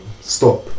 Stop